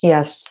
Yes